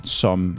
som